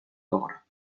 daughter